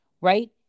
right